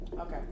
Okay